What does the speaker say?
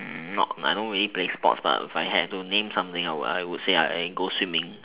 not I don't really play sports but if I have to name something I would say I think go swimming